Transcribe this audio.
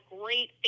great